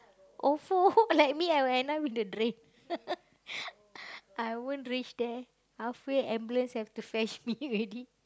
old folk like me I will end up in a drain I won't race there half way ambulance have to fetch me already